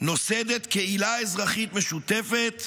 נוסדת קהילה אזרחית משותפת